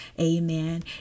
Amen